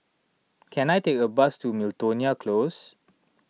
can I take a bus to Miltonia Close